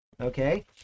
Okay